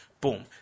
Boom